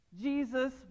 Jesus